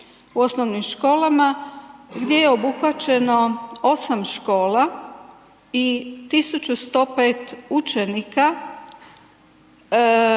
u osnovnim školama gdje je obuhvaćeno 8 škola i tisuću 105 učenika,